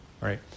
right